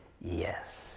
Yes